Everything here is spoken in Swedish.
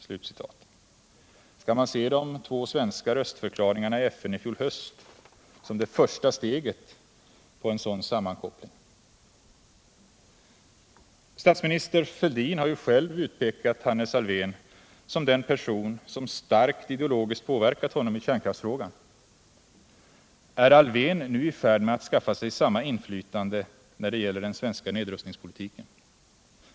Skall man se de två svenska röstförklaringarna i FN i fjol höst som det första steget i en sådan sammankoppling? Statsminister Fälldin har ju själv utpekat Hannes Alfvén som den person som starkt ideologiskt påverkat honom i kärnkraftsfrågan. Är Alfvén nu i färd med att skaffa sig samma inflytande när det gäller svensk nedrustningspolitik?